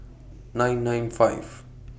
nine nine five